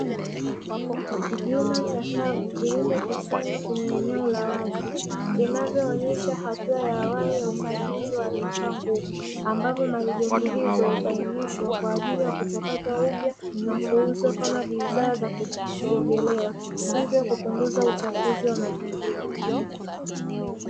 Vyuma chakavu vilivyokusanywa kwenye eneo la wazi, vinavyoonyesha hatua ya awali usimamizi wa taka ngumu ambapo maligafi hizo ubainishwa kwa ajili ya kuchakata upya na kuuzwa kama bidhaa hivyo kupunguza uchafuzi wa mazingira.